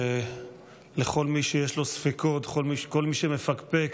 לכל מי שיש לו ספקות, לכל מי שמפקפק,